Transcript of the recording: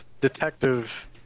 detective